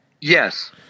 Yes